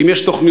ואם יש תוכניות,